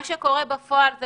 מה שקורה בפועל זה